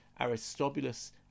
Aristobulus